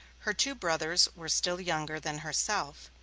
her two brothers were still younger than herself.